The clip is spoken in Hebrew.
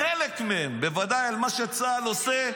בוודאי על מה שצה"ל עושה,